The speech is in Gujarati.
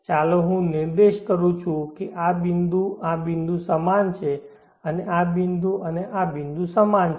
ચાલો હું નિર્દેશ કરું છું કે આ બિંદુ આ બિંદુ સમાન છે અને આ બિંદુ આ બિંદુ સમાન છે